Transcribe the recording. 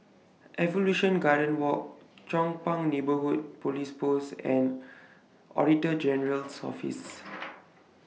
Evolution Garden Walk Chong Pang Neighbourhood Police Post and Auditor General's Office